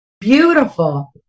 beautiful